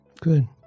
Good